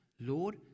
Lord